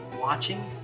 watching